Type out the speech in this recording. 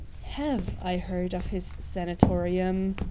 have i heard of his sanatorium?